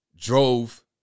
drove